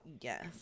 Yes